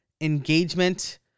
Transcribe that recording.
engagement